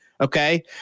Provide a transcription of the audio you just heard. Okay